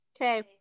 Okay